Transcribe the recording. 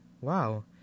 wow